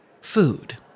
food